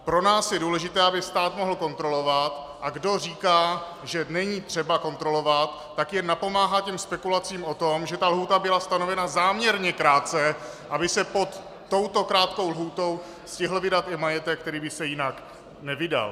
Pro nás je důležité, aby stát mohl kontrolovat, a kdo říká, že není třeba kontrolovat, tak jen napomáhá spekulacím o tom, že lhůta byla stanovena záměrně krátce, aby se pod touto krátkou lhůtou stihl vydat i majetek, který by se jinak nevydal.